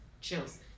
chills